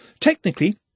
Technically